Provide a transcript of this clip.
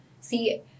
See